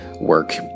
work